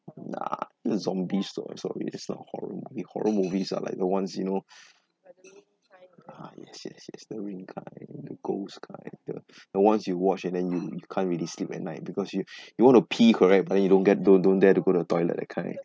nah that's zombie story story that's not horror movies horror movies are like the ones you know ah yes yes yes the ring kind the ghost kind the the ones you watch and then you can't really sleep at night because you you want to pee correct but you don't get don't don't dare to go to the toilet that kind